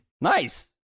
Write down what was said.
nice